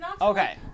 Okay